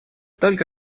только